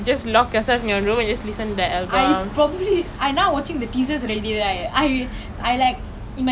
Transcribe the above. dey did you know this friday their album is coming out finally they got an album after four damn years